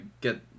get